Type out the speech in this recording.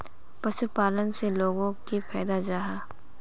पशुपालन से लोगोक की फायदा जाहा?